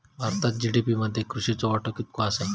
भारतात जी.डी.पी मध्ये कृषीचो वाटो कितको आसा?